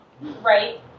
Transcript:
Right